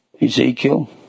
ezekiel